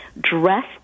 dress